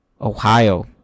Ohio